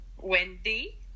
Wendy